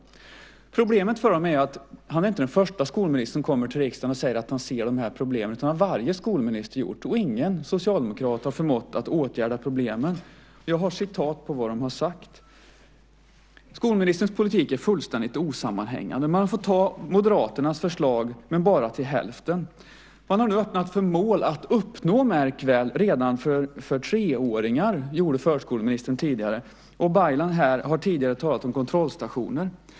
Problemet är att han inte är den första skolministern som kommer till riksdagen och säger att han ser dessa problem. Det har varje skolminister gjort. Och ingen socialdemokrat har förmått att åtgärda problemen. Jag har citat på vad de har sagt. Skolministerns politik är fullständigt osammanhängande. Man får ta Moderaternas förslag, men bara till hälften. Man har nu öppnat för mål att uppnå, märk väl, redan för treåringar. Det gjorde förskoleministern tidigare. Och Baylan har här tidigare talat om kontrollstationer.